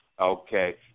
Okay